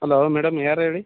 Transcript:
hello madam ಯಾರು ಹೇಳಿ